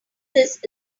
this